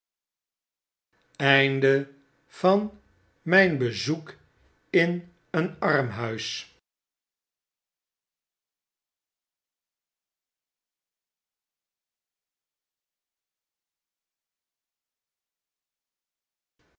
mijn bezoek in een armhuis